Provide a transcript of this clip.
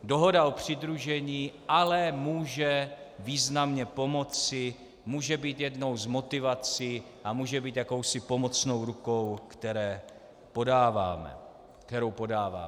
Dohoda o přidružení ale může významně pomoci, může být jednou z motivací a může být jakousi pomocnou rukou, kterou podáváme.